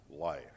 life